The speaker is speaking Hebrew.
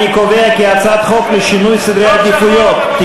אני קובע כי הצעת חוק לשינוי סדרי עדיפויות לאומיים